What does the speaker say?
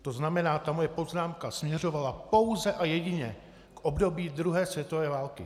To znamená, ta moje poznámka směřovala pouze a jedině k období druhé světové války.